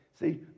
See